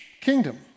kingdom